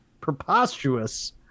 preposterous